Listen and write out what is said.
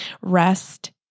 Rest